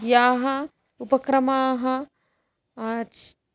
याः उपक्रमाः आच्